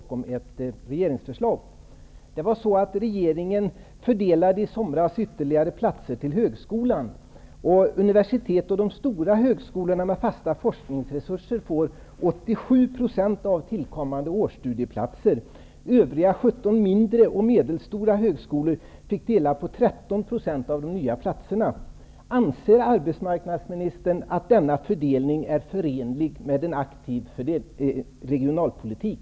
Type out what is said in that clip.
Herr talman! Jag har en fråga till arbetsmarknadsministern om en regional bedömning bakom ett regeringsförslag. Regeringen fördelade i somras nya platser till högskolan. Universiteten och de stora högskolorna med fasta forskningsresurser får 87 % av tillkommande årsstudieplatser. Övriga 17 mindre och medelstora högskolor får dela på resterande 13 %. Anser arbetsmarknadsministern att denna fördelning är förenlig med en aktiv regionalpolitik?